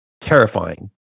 Terrifying